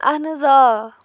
اہَن حظ آ